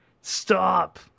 stop